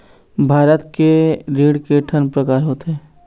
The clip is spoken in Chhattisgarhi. भारत के ऋण के ठन प्रकार होथे?